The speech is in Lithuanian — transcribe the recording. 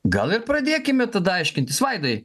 gal ir pradėkime tada aiškintis vaidai